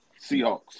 Seahawks